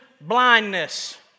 blindness